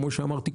כפי שאמרתי,